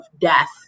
death